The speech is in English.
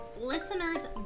listeners